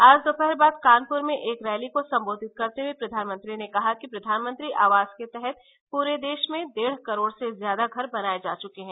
आज दोपहर बाद कानपुर में एक रैली को सम्बोधित करते हुए प्रधानमंत्री ने कहा कि प्रधानमंत्री आवास के तहत पूरे देश में डेढ़ करोड़ से ज्यादा घर बनाए जा चुके हैं